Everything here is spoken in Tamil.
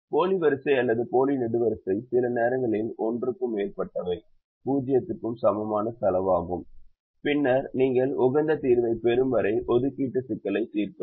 போலி வரிசை அல்லது போலி நெடுவரிசை சில நேரங்களில் ஒன்றுக்கு மேற்பட்டவை 0 க்கு சமமான செலவாகும் பின்னர் நீங்கள் உகந்த தீர்வைப் பெறும் வரை ஒதுக்கீட்டு சிக்கலைத் தீர்க்கவும்